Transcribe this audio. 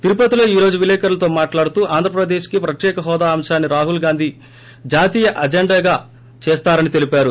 తిరుపతిలో ఈ రోజు విలేకరులతో మాట్లాడుతూ ఆంధ్రప్రదేశ్కి ప్రత్యేక హోదా అంశాన్ని రాహుల్ గాంధీ జాతీయ అజెండాగా చేస్తారని తెలిపారు